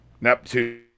Neptune